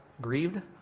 grieved